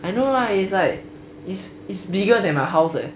I know right it's like it's it's bigger than my house eh